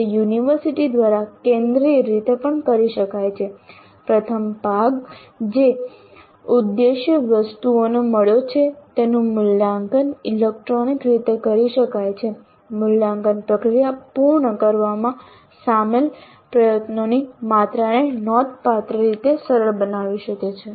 તે યુનિવર્સિટી દ્વારા કેન્દ્રીય રીતે પણ કરી શકાય છે પ્રથમ ભાગ કે જે ઉદ્દેશ્ય વસ્તુઓને મળ્યો છે તેનું મૂલ્યાંકન ઇલેક્ટ્રોનિક રીતે કરી શકાય છે મૂલ્યાંકન પ્રક્રિયા પૂર્ણ કરવામાં સામેલ પ્રયત્નોની માત્રાને નોંધપાત્ર રીતે સરળ બનાવે છે